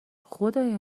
خدای